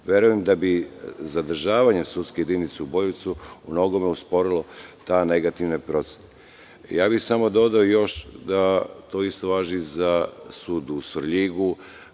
Verujem da bi zadržavanjem sudske jedinice u Boljevcu umnogome usporilo te negativne procese. Samo bih dodao još da to isto važi i za sud u Svrljigu. Ovde,